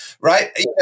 right